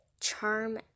Charm